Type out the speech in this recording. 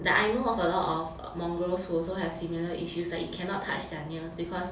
like I know of alot of mongrels who also has similar issues like you cannot touch their nails because